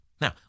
Now